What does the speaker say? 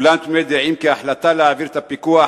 כולם תמימי דעים כי ההחלטה להעביר את הפיקוח